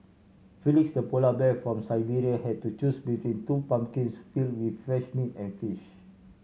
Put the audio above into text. felix the polar bear from Siberia had to choose between two pumpkins filled with fresh meat and fish